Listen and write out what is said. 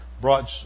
brought